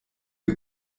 the